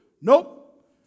Nope